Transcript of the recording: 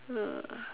uh